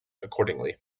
accordingly